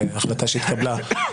החלטה שהתקבלה,